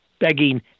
begging